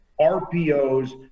RPOs